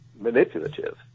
manipulative